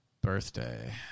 birthday